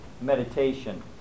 meditation